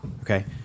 Okay